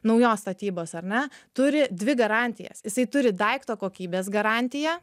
naujos statybos ar ne turi dvi garantijas jisai turi daikto kokybės garantiją